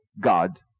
God